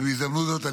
ובהזדמנות הזאת,